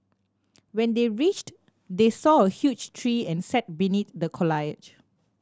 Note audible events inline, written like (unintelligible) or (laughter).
when they reached they saw a huge tree and sat beneath the (unintelligible)